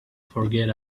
forget